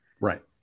right